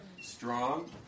Strong